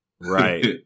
Right